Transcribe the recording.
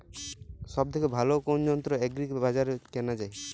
সব থেকে ভালো কোনো যন্ত্র এগ্রি বাজারে কেনা যায়?